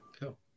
cool